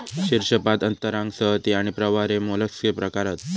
शीर्शपाद अंतरांग संहति आणि प्रावार हे मोलस्कचे प्रकार हत